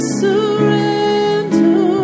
surrender